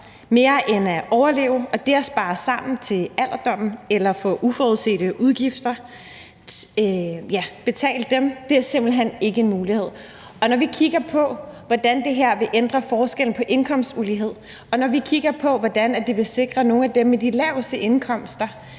mere end at overleve, og det at spare sammen til alderdommen eller det at kunne betale uforudsete udgifter er simpelt hen ikke en mulighed. Og når vi kigger på, hvordan det her vil ændre forskellen i indkomstulighed, og når vi kigger på, hvordan det vil sikre nogle af dem med de laveste indkomster